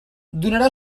donarà